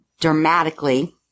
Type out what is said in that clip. dramatically